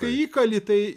kai įkali tai